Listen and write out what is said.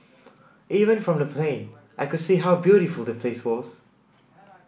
even from the plane I could see how beautiful the place was